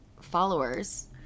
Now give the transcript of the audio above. followers